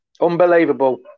Unbelievable